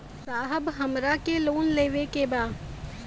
साहब हमरा के लोन लेवे के बा